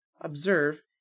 observe